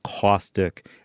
caustic